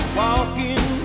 walking